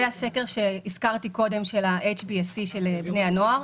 והסקר שהזכרתי קודם של ה-HBSC לגבי בני הנוער.